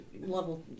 level